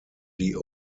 die